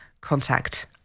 contact